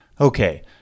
Okay